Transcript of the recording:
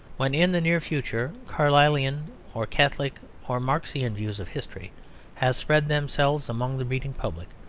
when in the near future carlylean or catholic or marxian views of history have spread themselves among the reading public,